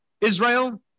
Israel